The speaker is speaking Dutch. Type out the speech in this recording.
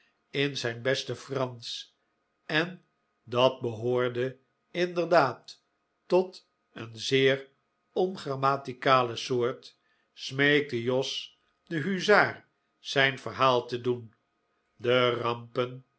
in zijn beste fransch en dat behoorde inderdaad tot een zeer ongrammatisch soort smeekte jos den huzaar zijn verhaal te doen de rampen